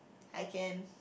I can